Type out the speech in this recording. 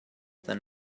than